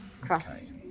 cross